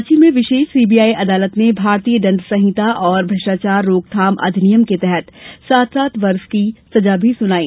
रांची मे विशेष सीबीआई अदालत ने भारतीय दंड संहिता और भ्रष्टाचार रोकथाम अधिनियम के तहत सात सात वर्ष की सजा सुनाई